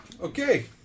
Okay